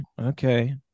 Okay